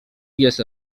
jest